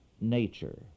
nature